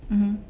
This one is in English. mmhmm